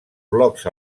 blocs